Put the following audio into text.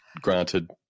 granted